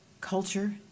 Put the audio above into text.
culture